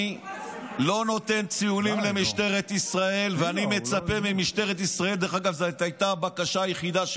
הוא כל הזמן פונה אליי, אין לזה סוף.